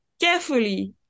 carefully